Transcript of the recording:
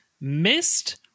missed